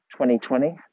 2020